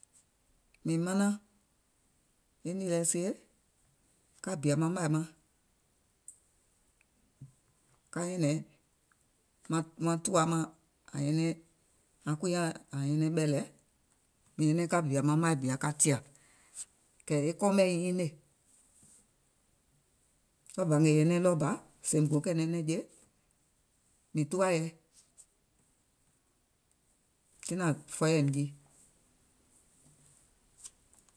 Mìŋ manaŋ e nììɛ sie, ka bìà maŋ màì maŋ ka nyɛ̀nɛ̀ŋ maŋ tùwa màŋ aŋ kui nyàŋ àŋ nyɛnɛŋ ɓɛ̀ lɛ, mìŋ nyɛnɛŋ ka bìà maŋ maì bìa ka tìà, kɛ̀ e kɔɔ mɛ̀ nyiinè, ɗɔɔ bà ngèè è nyɛnɛŋ ɗɔɔ bà sèèìm go kɛ̀ɛ̀nɛ̀ŋ nɛ̀ŋje, mìŋ tuwà yɛi, tiŋ nàŋ fɔɔyɛ̀ìm jii.